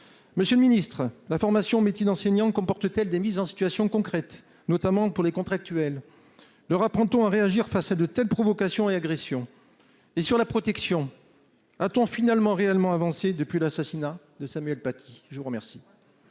Monsieur le ministre, la formation au métier d'enseignant comporte-t-elle des mises en situation concrètes, notamment pour les contractuels ? Leur apprend-on à réagir face à de telles provocations et agressions ? Sur la protection, a-t-on réellement avancé depuis l'assassinat de Samuel Paty ? La parole